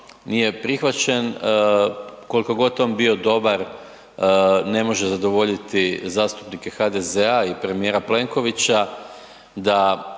nije prihvaćen, koliko god on bio dobar ne može zadovoljiti zastupnike HDZ-a i premijera Plenkovića da,